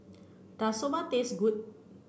does Soba taste good